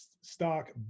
stock